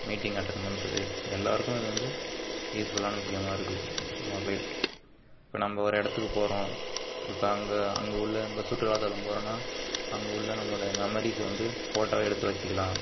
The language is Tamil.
மீட்டிங் அட்டெண்ட் பண்றது எல்லாருக்கும் அது வந்து யூஸ்ஃபுல்லான விஷயமாக இருக்குது மொபைல் இப்போ நம்ம ஒரு இடத்துக்கு போகிறோம் இப்போ அங்கே அங்கே உள்ள இந்த சுற்றுலாத்தலம் போகிறோன்னா அங்கே உள்ள நம்மளோட மெமரீஸை வந்து ஃபோட்டோ எடுத்து வச்சிக்கிலாம்